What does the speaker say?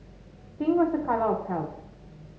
pink was a colour of health